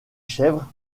chèvres